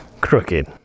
crooked